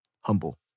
humble